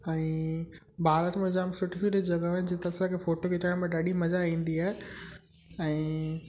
ऐं भारत में जाम सुठी सुठी जॻहयूं आहिनि जिते असांखे फोटो खिचाइण में ॾाढी मज़ा ईंदी आहे ऐं